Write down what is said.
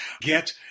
get